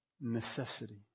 necessity